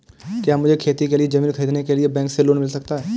क्या मुझे खेती के लिए ज़मीन खरीदने के लिए बैंक से लोन मिल सकता है?